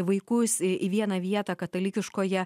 vaikus į vieną vietą katalikiškoje